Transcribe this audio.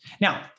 Now